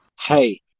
hey